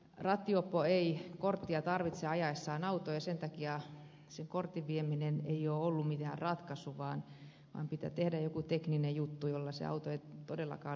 rattijuoppo ei korttia tarvitse ajaessaan autoa ja sen takia kortin vieminen ei ole ollut mikään ratkaisu vaan pitää tehdä joku tekninen juttu jolla se auto ei todellakaan liikahda